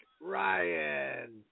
Ryan